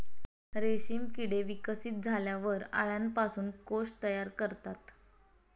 रेशीम किडे विकसित झाल्यावर अळ्यांपासून कोश तयार करतात